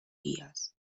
días